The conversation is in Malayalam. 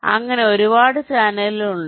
അങ്ങനെ ഒരുപാട് ചാനലുകൾ ഉണ്ട്